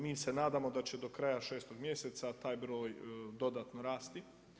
Mi se nadamo da će do kraja 6. mjeseca taj broj dodatno rasti.